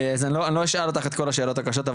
אז אני לא אשאל אותך את כל השאלות הקשות.